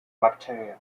bacteria